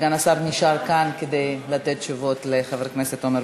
סגן השר נשאר כאן כדי לתת תשובות לחבר הכנסת עמר